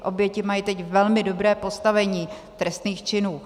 Oběti mají teď velmi dobré postavení trestných činů.